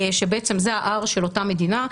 שבעצם זה ה-R של אותה מדינה.